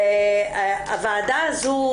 הוועדה הזו,